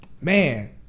man